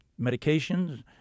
medications